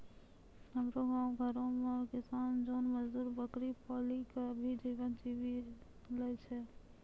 हमरो गांव घरो मॅ किसान जोन मजदुर बकरी पाली कॅ भी जीवन जीवी लॅ छय